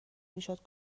میشد